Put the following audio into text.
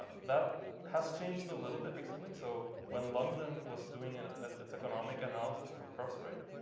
that has changed a little bit recently. so when london was doing and its economic analysis for crossrail,